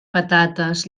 patates